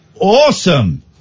awesome